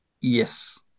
Yes